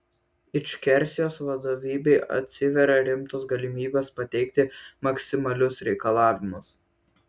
ičkerijos vadovybei atsiveria rimtos galimybės pateikti maksimalius reikalavimus